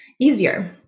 easier